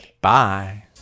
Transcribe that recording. Bye